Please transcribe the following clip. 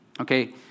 Okay